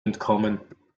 entkommen